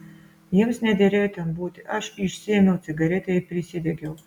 jiems nederėjo ten būti aš išsiėmiau cigaretę ir prisidegiau